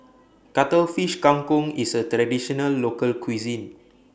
Cuttlefish Kang Kong IS A Traditional Local Cuisine